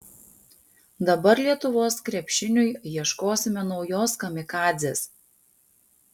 dabar lietuvos krepšiniui ieškosime naujos kamikadzės